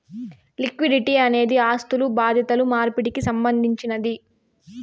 liquidity అనేది ఆస్థులు బాధ్యతలు మార్పిడికి సంబంధించినది